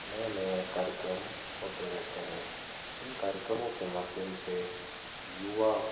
नए नए कार्यक्रम होते रहते हैं इन कार्यक्रमों के माध्यम से युवा